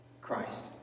Christ